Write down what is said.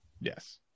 Yes